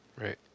Right